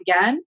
again